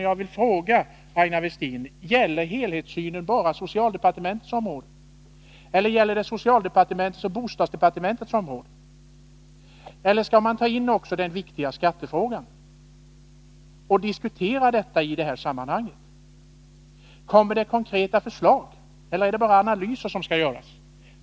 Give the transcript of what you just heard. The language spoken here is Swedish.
Jag vill fråga Aina Westin: Gäller helhetssynen bara socialdepartmentets område, eller gäller den både socialdepartementets och bostadsdepartementets områden, eller skall man också diskutera den viktiga skattefrågan i det här sammanhanget? Kommer det konkreta förslag, eller är det bara analyser som skall göras?